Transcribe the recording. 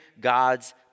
God's